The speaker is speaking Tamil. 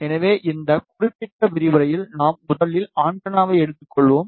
எனவே இந்த குறிப்பிட்ட விரிவுரையில் நாம் முதலில் ஆண்டெனாவை எடுத்துக்கொள்வோம்